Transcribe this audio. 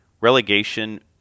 relegation